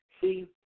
See